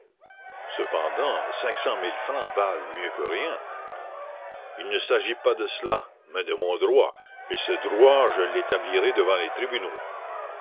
cependant cinq cent mille francs valent mieux que rien il ne s'agit pas de cela mais de mon droit et ce droit je l'établirai devant les tribunaux